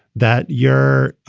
that you're,